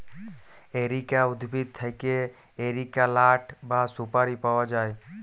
areca উদ্ভিদ থেক্যে areca লাট বা সুপারি পায়া যায়